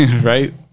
Right